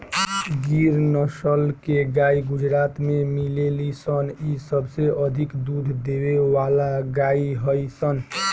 गिर नसल के गाई गुजरात में मिलेली सन इ सबसे अधिक दूध देवे वाला गाई हई सन